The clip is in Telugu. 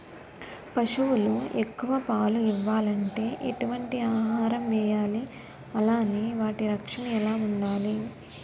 పశువులు ఎక్కువ పాలు ఇవ్వాలంటే ఎటు వంటి ఆహారం వేయాలి అలానే వాటి రక్షణ ఎలా వుండాలి?